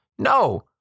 No